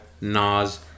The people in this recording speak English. Nas